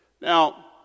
Now